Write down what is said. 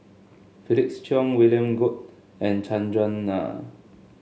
Felix Cheong William Goode and Chandran Nair